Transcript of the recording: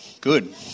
Good